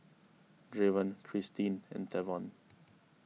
Draven Christeen and Tavon